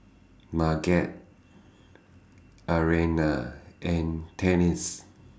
Marget Arianna and Tennie's